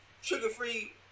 sugar-free